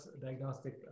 diagnostic